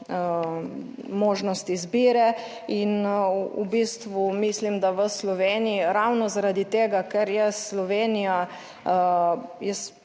možnost izbire in v bistvu mislim, da v Sloveniji ravno zaradi tega, ker je Slovenija, jaz